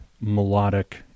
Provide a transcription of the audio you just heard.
melodic